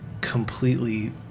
completely